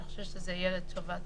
אני חושבת שזה יהיה לטובת